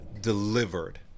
delivered